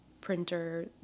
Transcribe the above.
printer